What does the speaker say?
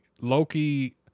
loki